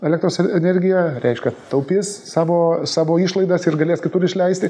elektros energija reiškia taupys savo savo išlaidas ir galės kitur išleisti